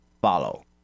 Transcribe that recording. follow